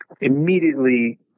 immediately